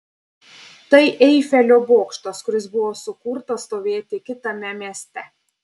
tai eifelio bokštas kuris buvo sukurtas stovėti kitame mieste